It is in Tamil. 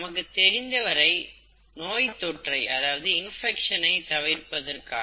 நமக்கு தெரிந்தவரை நோய் தொற்றை தவிர்ப்பதற்காக